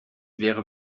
wäre